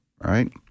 right